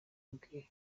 bwe